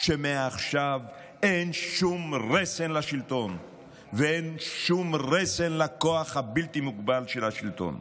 שמעכשיו אין שום רסן לשלטון ואין שום רסן לכוח הבלתי-מוגבל של השלטון.